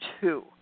two